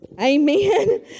Amen